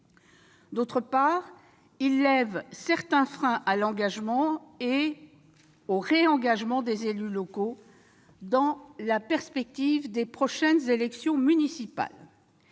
D'autre part, il lève certains freins à l'engagement et au réengagement des élus locaux dans la perspective des prochaines élections municipales.